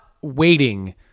waiting